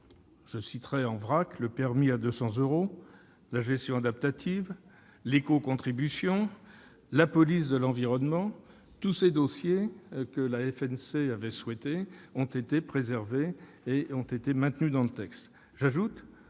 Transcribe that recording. Je citerai, en vrac, le permis à 200 euros, la gestion adaptative, l'éco-contribution, la police de l'environnement ; tous ces dossiers, que la FNC avait portés, ont été préservés et maintenus dans le texte. En outre,